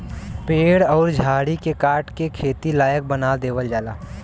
पेड़ अउर झाड़ी के काट के खेती लायक बना देवल जाला